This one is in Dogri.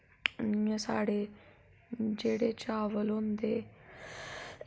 इ'यां साढ़े जेह्ड़े चावल होंदे